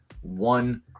one